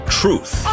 truth